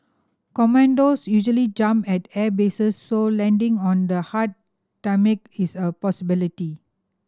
commandos usually jump at airbases so landing on the hard tarmac is a possibility